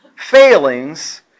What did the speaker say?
failings